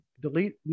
delete